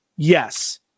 Yes